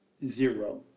zero